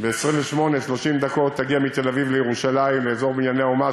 ב-28 30 דקות תגיע מתל-אביב לירושלים לאזור "בנייני האומה",